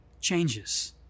changes